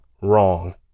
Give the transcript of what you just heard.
wrong